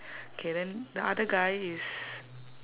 K then the other guy is